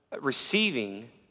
receiving